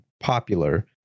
popular